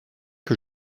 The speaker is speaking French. que